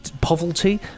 Poverty